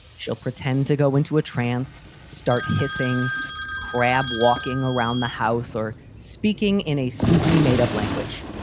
she'll pretend to go into a trance. start hissing crab, walking around the house or speaking in a spooky made up language.